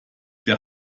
der